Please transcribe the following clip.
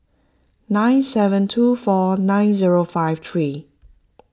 nine seven two four nine zero five three